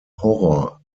horror